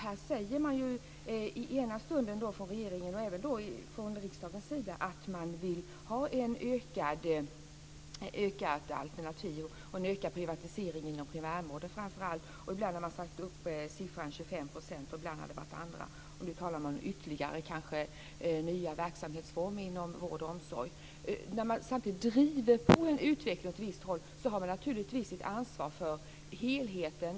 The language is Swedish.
Här säger regering och riksdag att man vill ha en ökad privatisering inom framför allt primärvården. Bl.a. har siffran 25 % satts upp. Nu talas det om ytterligare nya verksamhetsformer inom vård och omsorg. Samtidigt som man driver på utvecklingen åt ett visst håll har man naturligtvis ansvar för helheten.